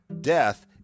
Death